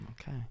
okay